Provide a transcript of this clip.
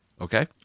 Okay